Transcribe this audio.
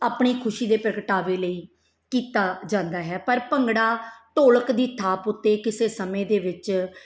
ਆਪਣੀ ਖੁਸ਼ੀ ਦੇ ਪ੍ਰਗਟਾਵੇ ਲਈ ਕੀਤਾ ਜਾਂਦਾ ਹੈ ਪਰ ਭੰਗੜਾ ਢੋਲਕ ਦੀ ਥਾਪ ਉੱਤੇ ਕਿਸੇ ਸਮੇਂ ਦੇ ਵਿੱਚ